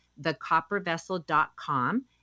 thecoppervessel.com